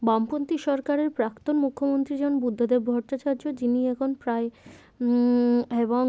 বামপন্থী সরকারের প্রাক্তন মুখ্যমন্ত্রী যেমন বুদ্ধদেব ভট্টাচার্য যিনি এখন প্রায় এবং